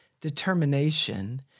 determination